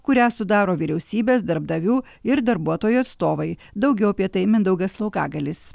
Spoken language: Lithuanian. kurią sudaro vyriausybės darbdavių ir darbuotojų atstovai daugiau apie tai mindaugas laukagalis